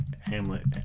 Hamlet